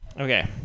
Okay